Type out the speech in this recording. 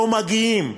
לא מגיעים.